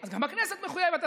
אז גם הכנסת מחויבת,